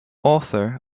author